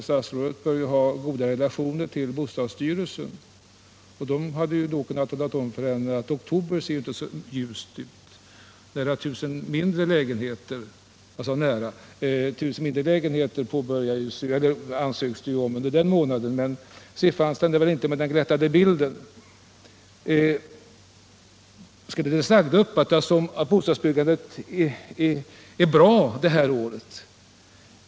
Statsrådet bör ju ha goda relationer till bostadsstyrelsen, som borde kunna tala om för henne att det inte ser så ljust ut för oktober, eftersom det den månaden lämnades in ansökningar om nästan 1 000 mindre lägenheter. Men siffran stämmer väl inte med den glättade bilden. Skall det sagda uppfattas som att bostadsbyggandet är bra det här året?